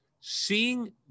Seeing